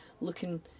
looking